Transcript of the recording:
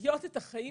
לחיות את החיים,